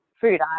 food